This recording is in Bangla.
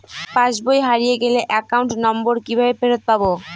পাসবই হারিয়ে গেলে অ্যাকাউন্ট নম্বর কিভাবে ফেরত পাব?